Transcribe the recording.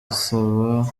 usaba